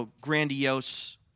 grandiose